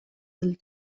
del